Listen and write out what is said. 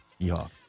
Yeehaw